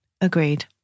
Agreed